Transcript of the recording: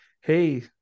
Hey